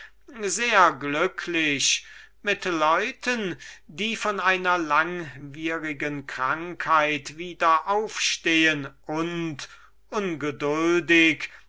sehr glücklich mit leuten die von einer langwierigen krankheit wieder aufstehen und ungeduldig